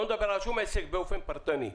הוא לא מדבר על שום עסק באופן פרטני.